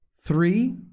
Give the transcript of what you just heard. three